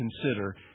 consider